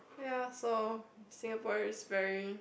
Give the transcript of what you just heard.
ya so Singaporean is very